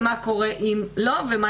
ומה קורה אם לא,